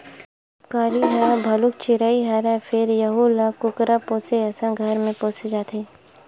उपकारी ह भलुक चिरई हरय फेर यहूं ल कुकरा पोसे असन घर म पोसे जाथे